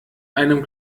einem